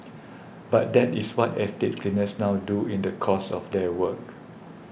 but that is what estate cleaners now do in the course of their work